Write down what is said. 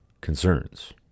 concerns